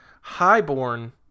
highborn